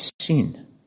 sin